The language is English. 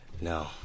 No